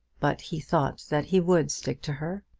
but he thought that he would stick to her.